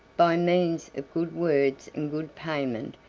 by means of good words and good payment,